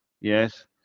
Yes